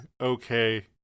okay